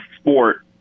sport